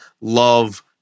love